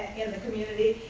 in the community,